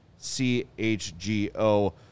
CHGO